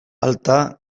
alta